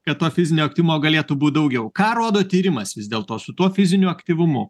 kad to fizinio aktyvumo galėtų būt daugiau ką rodo tyrimas vis dėlto su tuo fiziniu aktyvumu